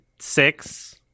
six